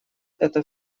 это